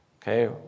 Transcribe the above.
Okay